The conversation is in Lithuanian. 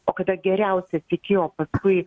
o kada geriausias iki o paskui